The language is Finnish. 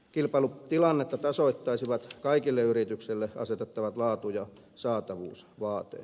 kilpailutilannetta tasoittaisivat kaikille yrityksille asetettavat laatu ja saatavuusvaateet